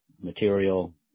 material